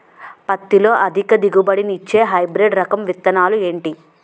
పత్తి లో అధిక దిగుబడి నిచ్చే హైబ్రిడ్ రకం విత్తనాలు ఏంటి